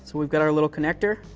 so we've got our little connector,